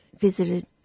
visited